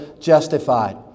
justified